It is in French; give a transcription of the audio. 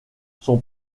son